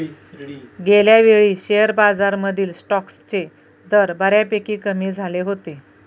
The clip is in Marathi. गेल्यावेळी शेअर बाजारातील स्टॉक्सचे दर बऱ्यापैकी कमी झाले होते